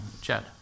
Jed